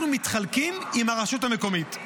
אנחנו מתחלקים עם הרשות המקומית.